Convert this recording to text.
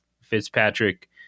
Fitzpatrick